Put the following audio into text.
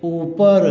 ऊपर